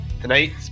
tonight